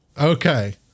Okay